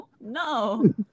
no